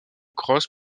crosse